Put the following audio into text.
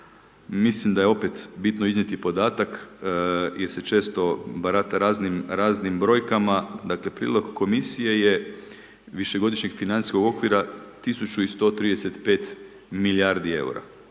Mislim da je opet bitno iznijeti podatak, jer se često barata raznim brojkama, dakle prijedlog Komisije je višegodišnjeg financijskog okvira 1135 milijardi eura,